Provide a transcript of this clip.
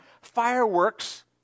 fireworks